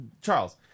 Charles